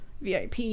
VIP